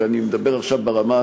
ואני מדבר עכשיו ברמה התיאורטית,